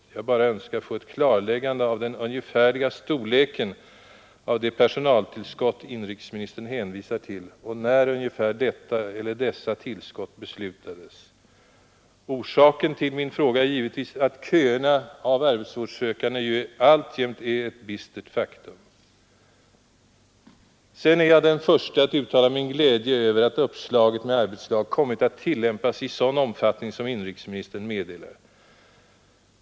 Jag bara önskar få ett klarläggande av den ungefärliga storleken av det personaltillskott inrikesministern hänvisar till och när ungefär detta eller dessa tillskott beslutades. Orsaken till min fråga är givetvis att köerna av arbetsvårdssökande ju alltjämt är ett bistert faktum. Sedan är jag den förste att uttala min glädje över att uppslaget med arbetslag kommit att tillämpas i sådan omfattning som inrikesministern meddelar.